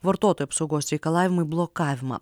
vartotojų apsaugos reikalavimai blokavimą